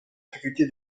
faculté